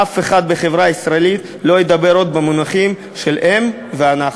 אף אחד בחברה הישראלית לא ידבר עוד במונחים של "הם" ו"אנחנו".